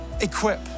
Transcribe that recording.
Equip